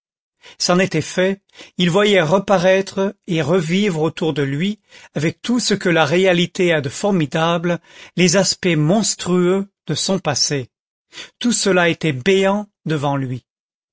c'en était fait il voyait reparaître et revivre autour de lui avec tout ce que la réalité a de formidable les aspects monstrueux de son passé tout cela était béant devant lui